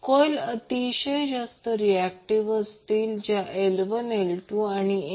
कॉइलला अतिशय जास्त रिऍक्टन्स L1L2M→∞ 2